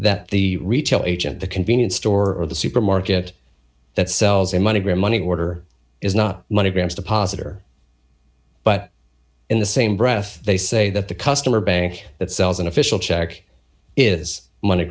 that the retail agent the convenience store the supermarket that sells a money gram money order is not money grubbers deposit or but in the same breath they say that the customer bank that sells an official check is mon